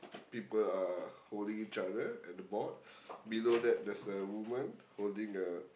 people are holding each other at the board below that there's a woman holding a